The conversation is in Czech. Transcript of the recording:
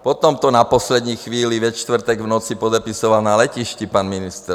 Potom to na poslední chvíli ve čtvrtek v noci podepisoval na letišti pan ministr.